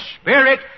Spirit